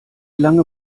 lange